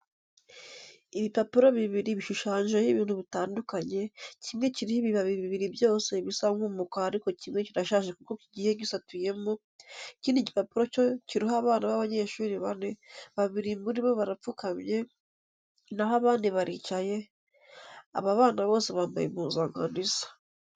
Ibipapuro bibiri bishushanyijeho ibintu bitandukanye, kimwe kiriho ibibabi bibiri byose bisa nk'umukara ariko kimwe kirashaje kuko kigiye gisataguyemo, ikindi gipapuro cyo kiriho abana b'abanyeshuri bane, babiri muri bo barapfufukamye, na ho abandi baricaye. Aba bana bose bambaye impuzankano isa.